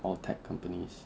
all tech companies